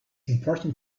important